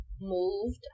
moved